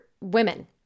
women